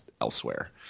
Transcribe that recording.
elsewhere